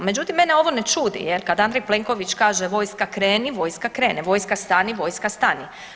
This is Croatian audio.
Međutim, mene ovo ne čudi jer kada Andrej Plenković kaže vojska kreni, vojska krene, vojska stani, vojska stane.